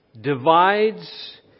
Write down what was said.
divides